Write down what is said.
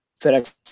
fedex